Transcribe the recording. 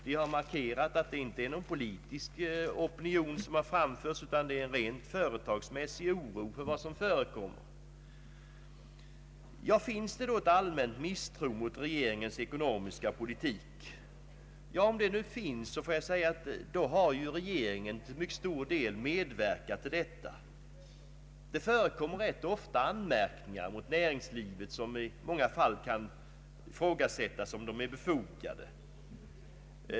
Vi har markerat att det inte är någon politisk opinion som har framförts utan en rent företagsmässig oro inför vad som förekommer.” Finns det då en allmän misstro mot regeringens ekonomiska politik? Ja, om det nu finns en sådan, har regeringen till mycket stor del medverkat härtill. Det förekommer ofta anmärkningar mot näringslivet som man i många fall kan ifrågasätta om de är befogade.